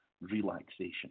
relaxation